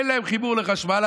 אין להם חיבור לחשמל,